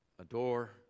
adore